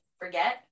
forget